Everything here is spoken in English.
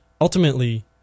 ultimately